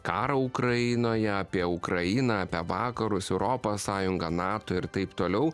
karą ukrainoje apie ukrainą apie vakarus europos sąjungą nato ir taip toliau